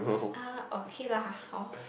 uh okay lah hor